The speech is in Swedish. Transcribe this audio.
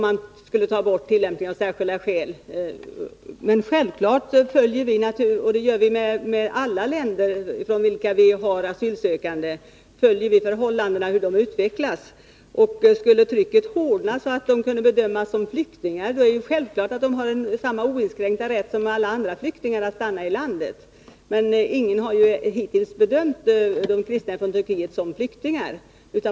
Men självfallet följer vi hur förhållandena utvecklas — och det gör vi när det gäller alla länder från vilka vi har asylsökande. Skulle trycket hårdna, så att dessa människor kunde bedömas som flyktingar, är det självklart att de har samma oinskränkta rätt som alla andra flyktingar att stanna i landet. Men ingen har ju hittills bedömt de kristna från Turkiet som flyktingar.